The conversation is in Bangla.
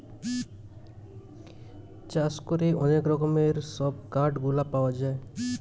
চাষ করে অনেক রকমের সব কাঠ গুলা পাওয়া যায়